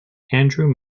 andrew